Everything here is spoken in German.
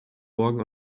morgen